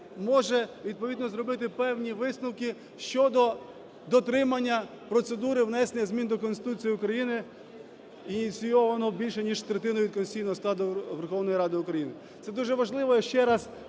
може відповідно зробити певні висновки щодо дотримання процедури внесення змін до Конституції України ініційованого більше ніж третиною конституційного складу Верховної Ради. Це дуже важливо.